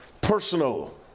personal